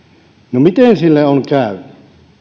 no miten sille on käynyt